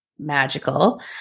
magical